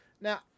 Now